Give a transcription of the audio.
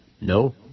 No